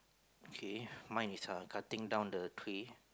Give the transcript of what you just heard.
okay mine is err cutting down the tree